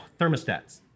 thermostats